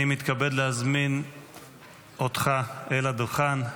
אני מתכבד להזמין אותך אל הדוכן,